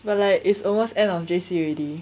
but like it's almost end of J_C already